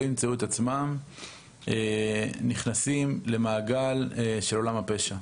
לא ימצאו את עצמם נכנסים למעגל של עולם הפשע.